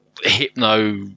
hypno